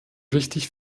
richtig